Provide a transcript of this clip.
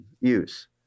use